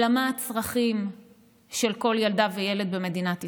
אלא מה הצרכים של כל ילדה וילד במדינת ישראל.